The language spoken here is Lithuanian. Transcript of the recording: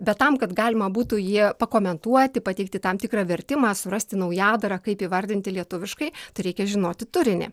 bet tam kad galima būtų jį pakomentuoti pateikti tam tikrą vertimą surasti naujadarą kaip įvardinti lietuviškai tereikia žinoti turinį